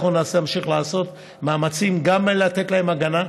אנחנו נמשיך לעשות מאמצים גם לתת להם הגנה,